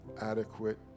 adequate